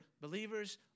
believers